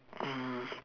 um